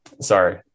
Sorry